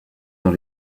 dans